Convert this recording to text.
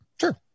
Sure